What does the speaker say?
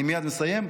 אני מייד מסיים.